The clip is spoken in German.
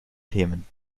themen